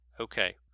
Okay